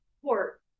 support